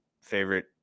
favorite